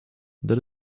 that